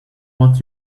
what